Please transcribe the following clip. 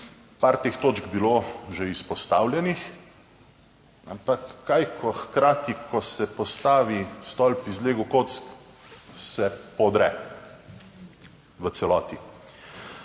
par teh točk bilo že izpostavljenih, ampak kaj ko hkrati ko se postavi stolp iz lego kock, se podre v celoti.